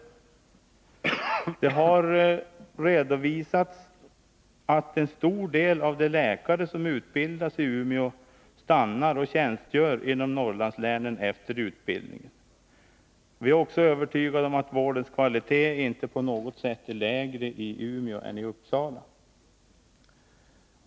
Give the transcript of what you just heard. Det har redovisats att en stor del av de läkare som utbildats i Umeå stannar och tjänstgör inom Norrlandslänen efter utbildningen. Vi är också övertygade om att vårdens kvalitet inte på något sätt är lägre i Umeå än i Uppsala.